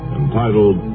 entitled